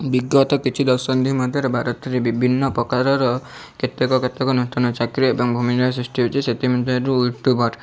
ବିଗତ କିଛି ଦଶନ୍ଧି ମଧ୍ୟରେ ଭାରତରେ ବିଭିନ୍ନ ପ୍ରକାରର କେତେକ କେତେକ ନୂତନ ଚାକିରୀ ଏବଂ ଅଭିନୟ ସୃଷ୍ଟି ହେଇଛି ସେଥି ମଧ୍ୟରୁ ୟୁଟ୍ୟୁବ୍ର